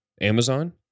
Amazon